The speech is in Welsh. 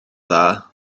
dda